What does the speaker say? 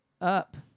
up